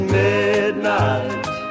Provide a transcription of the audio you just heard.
midnight